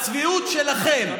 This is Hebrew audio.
אבל הצביעות שלכם,